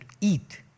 eat